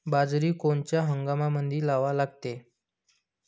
बाजरी कोनच्या हंगामामंदी लावा लागते?